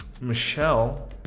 Michelle